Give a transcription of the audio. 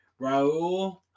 raul